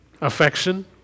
Affection